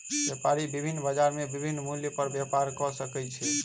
व्यापारी विभिन्न बजार में विभिन्न मूल्य पर व्यापार कय सकै छै